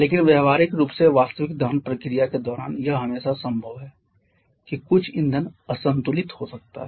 लेकिन व्यावहारिक रूप से वास्तविक दहन प्रक्रिया के दौरान यह हमेशा संभव है कि कुछ ईंधन असंतुलित हो सकता है